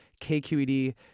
KQED